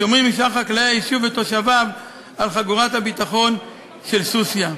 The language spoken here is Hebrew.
השומרים עם שאר חקלאי היישוב ותושביו על חגורת הביטחון של סוסיא.